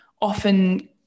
often